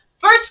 first